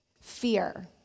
fear